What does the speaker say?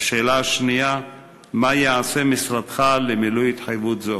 מה יעשה משרדך למילוי התחייבות זו?